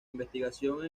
investigación